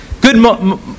good